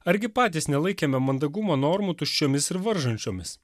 argi patys nelaikėme mandagumo normų tuščiomis ir varžančiomis